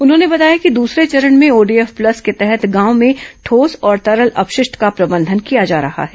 उन्होंने बताया कि दूसरे चरण में ओडीएफ प्लस के तहत गांव में ठोस और तरल अपशिष्ट का प्रबंधन किया जा रहा है